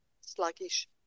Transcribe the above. sluggish